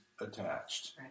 attached